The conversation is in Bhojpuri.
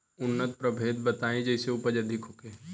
उन्नत प्रभेद बताई जेसे उपज अधिक होखे?